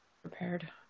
prepared